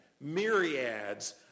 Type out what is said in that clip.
Myriads